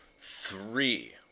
three